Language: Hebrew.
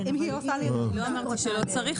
אני לא אמרתי שלא צריך,